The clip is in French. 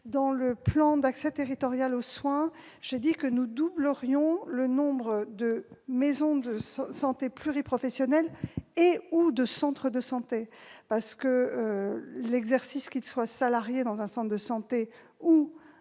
dans le plan d'accès territorial aux soins, j'ai indiqué que nous doublerions le nombre de maisons de santé pluriprofessionnelles et/ou de centres de santé. Après tout, que l'exercice soit salarié dans un centre de santé ou